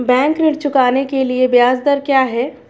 Bank ऋण चुकाने के लिए ब्याज दर क्या है?